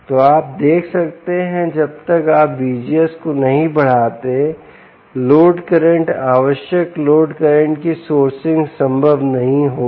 तो आप देख सकते हैं जब तक आप VGS को नहीं बढ़ाते लोड करंट आवश्यक लोड करंट की सोर्सिंग संभव नहीं होगा